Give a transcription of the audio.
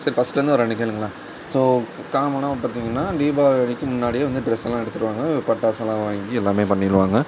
சரி ஃபஸ்ட்லேருந்து வரேன் அப்டேயே கேளுங்களேன் ஸோ காமனாக ஒன்று பார்த்தீங்கன்னா தீபாவளிக்கு முன்னாடியே வந்து ட்ரெஸ்ஸெல்லாம் எடுத்துவிடுவாங்க பட்டாசெல்லாம் வாங்கி எல்லாமே பண்ணிடுவாங்க